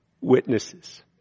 witnesses